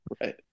Right